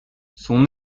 son